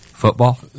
Football